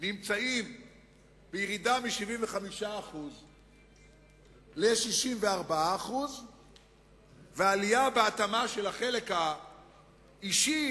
בירידה מ-75% ל-64% ובעלייה בהתאמה של החלק האישי